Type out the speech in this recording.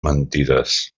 mentides